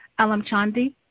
Alamchandi